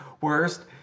worst